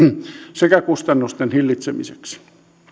sekä kustannusten hillitsemiseksi